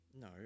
No